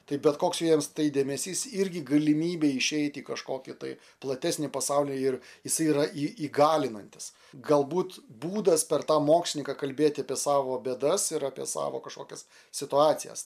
tai bet koks jiems tai dėmesys irgi galimybė išeiti į kažkokį tai platesnį pasaulį ir jisai yra į įgalinantis galbūt būdas per tą mokslininką kalbėti apie savo bėdas ir apie savo kažkokias situacijas